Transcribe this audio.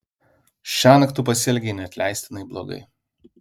šiąnakt tu pasielgei neatleistinai blogai